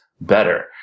better